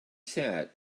sat